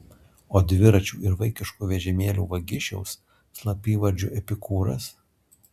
o dviračių ir vaikiškų vežimėlių vagišiaus slapyvardžiu epikūras